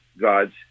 God's